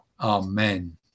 Amen